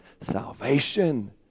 salvation